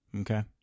Okay